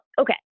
okay